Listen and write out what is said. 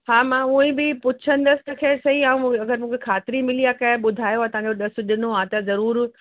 हा मां उहो ई बि पुछंदसि त खैर सही आहे अगरि मूंखे ख़ातरी मिली आहे कंहिं ॿुधायो आहे तव्हांजो ॾस ॾिनो आहे त जरूर